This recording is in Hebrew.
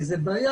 כי זו בעיה,